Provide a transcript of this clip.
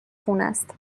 خونست